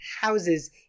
houses